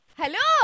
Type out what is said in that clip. hello